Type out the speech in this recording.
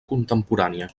contemporània